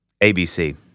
ABC